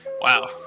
Wow